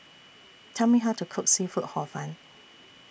Tell Me How to Cook Seafood Hor Fun